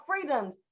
freedoms